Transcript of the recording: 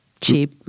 cheap